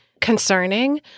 concerning